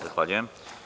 Zahvaljujem.